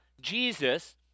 Jesus